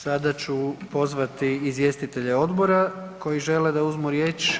Sada ću pozvati izvjestitelje odbora koji žele da uzmu riječ.